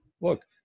look